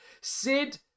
Sid